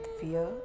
fear